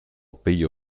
pello